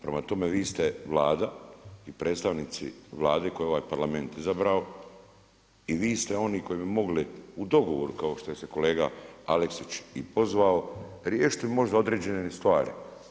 Prema tome, vi ste Vlada, i predstavnici Vlade koje je ovaj Parlament izabrao, i vi ste oni koji bi mogli u dogovoru kao što je kolega Aleksić i pozvao, riješiti možda određene stvari.